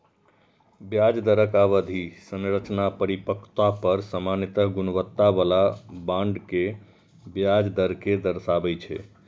ब्याज दरक अवधि संरचना परिपक्वता पर सामान्य गुणवत्ता बला बांड के ब्याज दर कें दर्शाबै छै